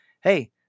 Hey